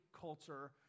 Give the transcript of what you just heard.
culture